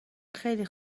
خیلی